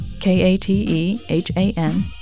K-A-T-E-H-A-N